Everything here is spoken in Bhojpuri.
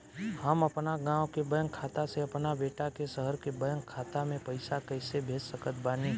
हम अपना गाँव के बैंक खाता से अपना बेटा के शहर के बैंक खाता मे पैसा कैसे भेज सकत बानी?